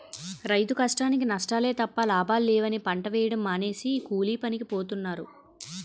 రైతు కష్టానికీ నష్టాలే తప్ప లాభాలు లేవని పంట వేయడం మానేసి కూలీపనికి పోతన్నారు